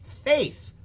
Faith